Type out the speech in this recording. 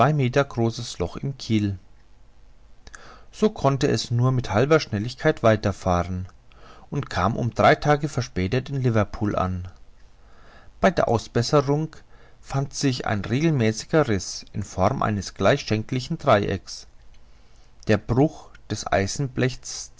großes loch im kiel so konnte es nur mit halber schnelligkeit weiter fahren und kam um drei tage verspätet in liverpool an bei der ausbesserung fand sich ein regelmäßiger riß in form eines gleichschenkeligen dreiecks der bruch des